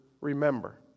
remember